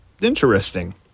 Interesting